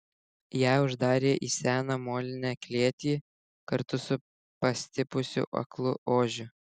ją uždarė į seną molinę klėtį kartu su pastipusiu aklu ožiu